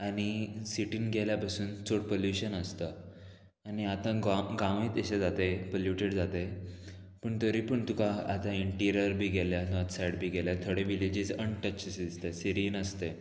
आनी सिटीन गेल्या बसून चड पल्युशन आसता आनी आतां गो गांवूय तेशें जाताय पल्युटेड जाता पूण तरी पूण तुका आतां इंटिरियर बी गेल्या नॉर्त सायड बी गेल्या थोडे विलेजीस अनटच अशें दिसताय सिरीन आसताय